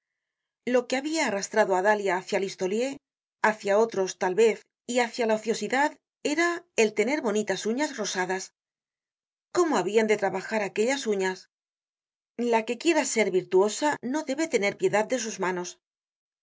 lo que habia arrastrado á dalia hácia listolier hácia otros tal vez y hácia la ociosidad era el tener bonitas uñas rosadas cómo habian de trabajar aquellas uñas la que quiera ser virtuosa no debe tener piedad de sus manos